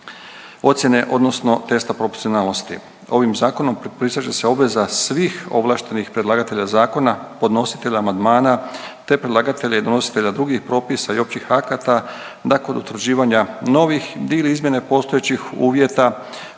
ocjene odnosno testa proporcionalnosti. Ovim zakonom propisat će se obveza svih ovlaštenih predlagatelja zakona, podnositelja amandmana te predlagatelje nositelja drugih propisa i općih akata da kod utvrđivanja novih ili izmjene postojećih uvjeta